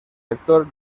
actor